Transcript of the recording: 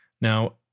Now